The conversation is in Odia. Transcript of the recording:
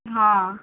ହଁ